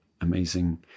amazing